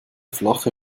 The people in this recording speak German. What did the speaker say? flache